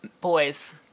Boys